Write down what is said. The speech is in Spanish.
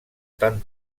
tan